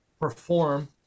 perform